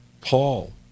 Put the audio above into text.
paul